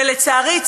ולצערי,